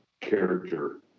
character